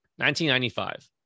1995